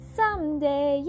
someday